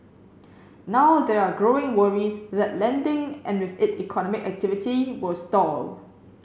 now there are growing worries that lending and with it economic activity will stall